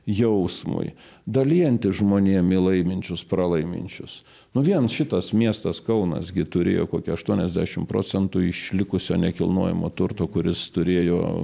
jausmui dalijantis žmonėm į laiminčius pralaiminčius nu vien šitas miestas kaunas gi turėjo kokią aštuoniasdiašim procentų išlikusio nekilnojamo turto kuris turėjo